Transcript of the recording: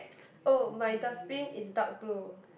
oh my dustbin is dark blue